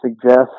suggest